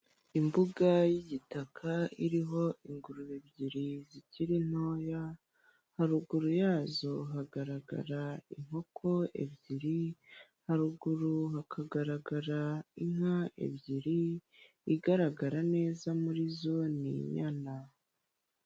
Imbuga y'igitaka iriho ingurube ebyiri zikiri ntoya haruguru yazo hagaragara inkoko ebyiri, haruguru hakaragara inka ebyiri igaragara neza murizo n'inyana.